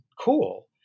cool